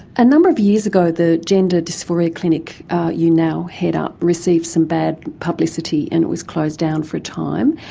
a number of years ago the gender dysphoria clinic you now head up received some bad publicity and it was closed down for a time,